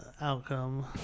outcome